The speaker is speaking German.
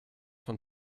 von